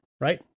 right